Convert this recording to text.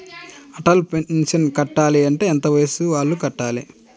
Atal pension కట్టాలి అంటే ఎంత వయసు వాళ్ళు కట్టాలి?